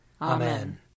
Amen